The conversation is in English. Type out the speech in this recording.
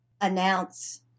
announce